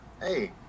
Hey